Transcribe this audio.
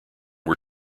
were